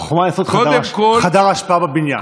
קודם כול, החוכמה היא לעשות חדר אשפה בבניין.